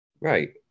Right